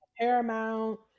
Paramount